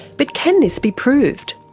but can this be proved?